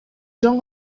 жөн